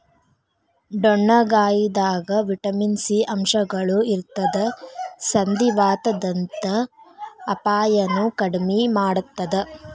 ಡೊಣ್ಣಗಾಯಿದಾಗ vitamin C ಅಂಶಗಳು ಇರತ್ತದ ಸಂಧಿವಾತದಂತ ಅಪಾಯನು ಕಡಿಮಿ ಮಾಡತ್ತದ